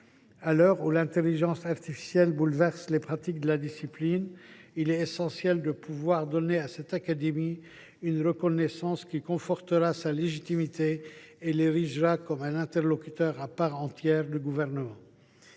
À l’heure où l’intelligence artificielle bouleverse les pratiques de la discipline, il est essentiel de donner à cette académie une reconnaissance qui confortera sa légitimité et l’érigera comme un interlocuteur à part entière du Gouvernement.